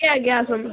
ଆଜ୍ଞା ଆଜ୍ଞା ଆସନ୍ତୁ